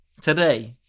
today